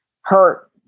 hurt